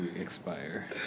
Expire